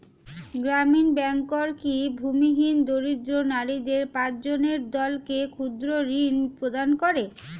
গ্রামীণ ব্যাংক কি ভূমিহীন দরিদ্র নারীদের পাঁচজনের দলকে ক্ষুদ্রঋণ প্রদান করে?